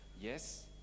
Yes